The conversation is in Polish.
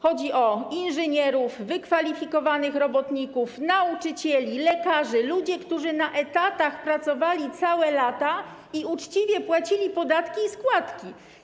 Chodzi o inżynierów, wykwalifikowanych robotników, nauczycieli, lekarzy, ludzi, którzy na etatach pracowali całe lata i uczciwie płacili podatki i składki.